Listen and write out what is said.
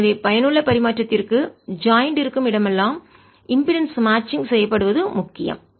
எனவே பயனுள்ள பரிமாற்றத்திற்குஜாயிண்ட் கூட்டு இருக்கும் இடமெல்லாம் இம்பீடன்ஸ் மேட்சிங் மின்மறுப்பு பொருத்தம் செய்யப்படுவது முக்கியம்